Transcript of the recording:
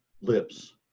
lips